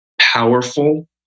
powerful